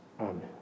Amen